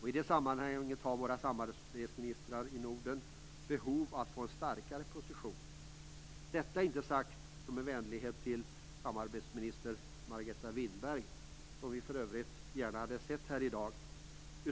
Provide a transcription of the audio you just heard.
I det avseendet har Nordens samarbetsministrar ett behov av en starkare position - detta inte sagt som en vänlighet till samarbetsminister Margareta Winberg, som vi för övrigt gärna hade sett här i dag.